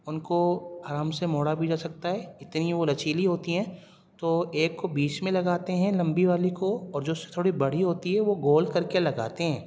ان کو آرام سے موڑا بھی جا سکتا ہے اتنی وہ لچیلی ہوتی ہیں تو ایک کو بیچ میں لگاتے ہیں لمبی والی کو اور جو اس سے تھوڑی بڑی ہوتی ہے وہ گول کر کے لگاتے ہیں